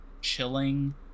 chilling